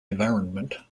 environment